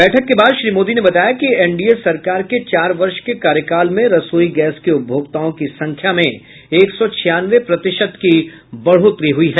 बैठक के बाद श्री मोदी ने बताया कि एनडीए सरकार के चार वर्ष के कार्यकाल में रसोई गैस के उपभोक्ताओं की संख्या में एक सौ छियानवे प्रतिशत की बढ़ोतरी हुई है